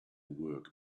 work